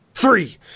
Three